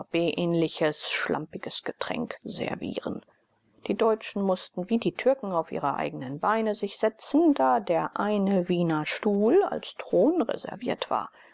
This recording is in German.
sorbetähnliches schlampiges getränk servieren die deutschen mußten wie die türken auf ihre eigenen beine sich setzen da der eine wienerstuhl als thron reserviert war